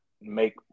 make